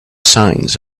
signs